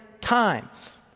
times